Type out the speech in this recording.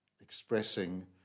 expressing